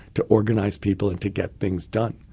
to organize people and to get things done.